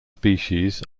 species